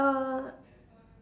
uh